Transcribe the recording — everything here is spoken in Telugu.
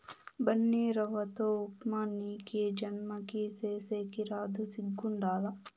బన్సీరవ్వతో ఉప్మా నీకీ జన్మకి సేసేకి రాదు సిగ్గుండాల